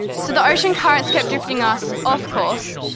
so the ocean currents kept drifting us off-course,